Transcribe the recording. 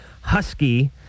husky